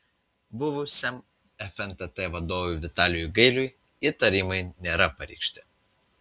buvusiam fntt vadovui vitalijui gailiui įtarimai nėra pareikšti